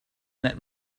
that